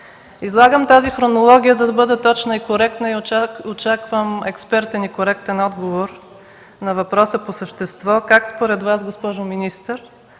Излагам тази хронология, за да бъда точна и коректна и очаквам експертен и коректен отговор на въпроса по същество: как според Вас, госпожо министър,